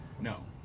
No